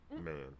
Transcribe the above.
man